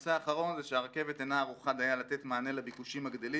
הנושא האחרון זה שהרכבת אינה ערוכה דיה לתת מענה לביקושים הגדלים